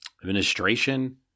administration